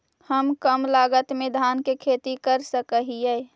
हम कम लागत में धान के खेती कर सकहिय?